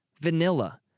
vanilla